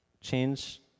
change